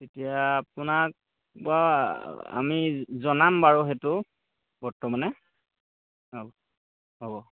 তেতিয়া আপোনাক বাৰু আমি জনাম বাৰু সেইটো বৰ্তমানে অঁ হ'ব